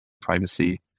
privacy